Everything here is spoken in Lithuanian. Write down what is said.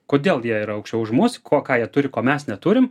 kodėl jie yra aukščiau už mus kuo ką jie turi ko mes neturim